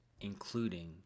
including